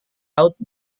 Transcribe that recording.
laut